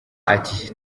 ati